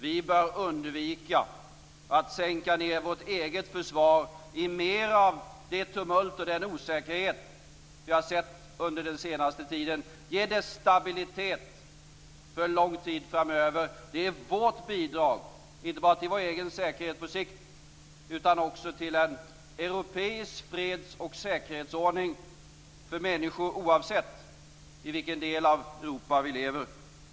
Vi bör undvika att sänka ned vårt eget försvar i mera av det tumult och den osäkerhet som vi har sett under den senaste tiden utan ge det stabilitet för lång tid framöver. Det är vårt bidrag inte bara till vår egen säkerhet på sikt utan också till en europeisk freds och säkerhetsordning för människor oavsett i vilken del av Europa vi lever.